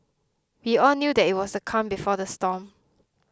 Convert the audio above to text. we all knew that it was the calm before the storm